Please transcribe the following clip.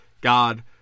God